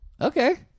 Okay